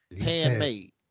handmade